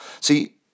See